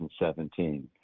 2017